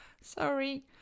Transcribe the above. sorry